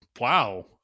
Wow